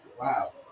Wow